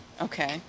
Okay